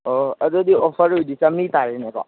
ꯑꯣ ꯑꯗꯨꯗꯤ ꯑꯣꯐꯔꯗ ꯑꯣꯏꯔꯗꯤ ꯆꯥꯝꯃꯔꯤ ꯇꯥꯔꯦꯅꯦꯀꯣ